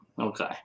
Okay